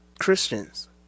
Christians